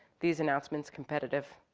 these announcements, competitive,